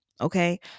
okay